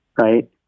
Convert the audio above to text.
right